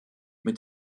mit